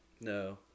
No